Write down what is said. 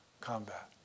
combat